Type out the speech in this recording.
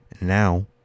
Now